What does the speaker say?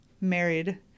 married